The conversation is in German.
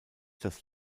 das